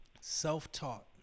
self-taught